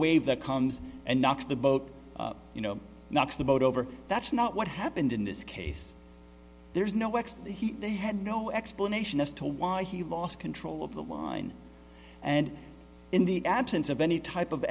wave that comes and knocks the boat you know knocks the boat over that's not what happened in this case there's no way he they had no explanation as to why he lost control of the mine and in the absence of any type of